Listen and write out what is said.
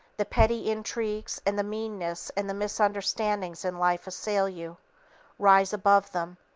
the petty intrigues and the meannesses and the misunderstandings in life assail you rise above them.